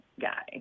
guy